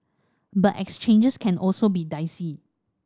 but exchanges can also be dicey